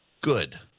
Good